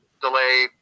delay